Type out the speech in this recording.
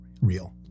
real